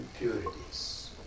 impurities